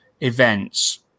events